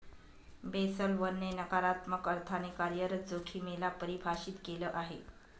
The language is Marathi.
बेसल वन ने नकारात्मक अर्थाने कार्यरत जोखिमे ला परिभाषित केलं आहे